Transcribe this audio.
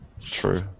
true